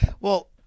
well-